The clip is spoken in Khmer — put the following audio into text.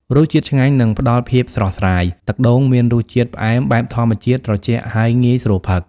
រសជាតិឆ្ងាញ់ និងផ្តល់ភាពស្រស់ស្រាយ ទឹកដូងមានរសជាតិផ្អែមបែបធម្មជាតិ ត្រជាក់ ហើយងាយស្រួលផឹក។